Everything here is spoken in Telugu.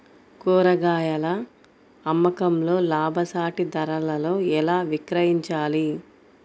కూరగాయాల అమ్మకంలో లాభసాటి ధరలలో ఎలా విక్రయించాలి?